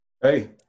Hey